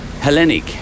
Hellenic